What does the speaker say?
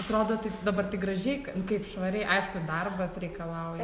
atrodo taip dabar tai gražiai k nu kaip švariai aišku ir darbas reikalauja